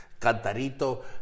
cantarito